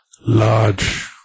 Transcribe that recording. large